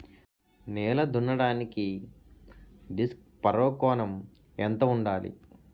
నేల దున్నడానికి disc furrow కోణం ఎంత ఉండాలి?